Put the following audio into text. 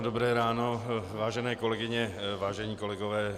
Dobré ráno, vážené kolegyně, vážení kolegové.